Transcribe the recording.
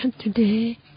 today